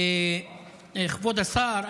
כבוד השר,